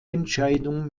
entscheidung